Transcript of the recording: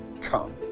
come